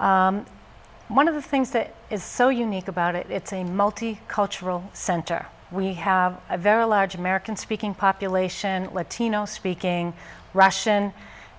one of the things that is so unique about it it's a multi cultural center we have very large american speaking population latino speaking russian